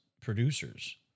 producers